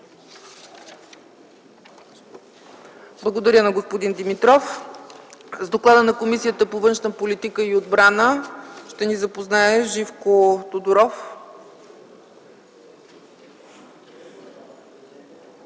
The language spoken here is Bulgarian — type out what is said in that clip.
Благодаря на господин Димитров. С доклада на Комисията по външна политика и отбрана ще ни запознае господин Живко Тодоров.